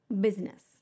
business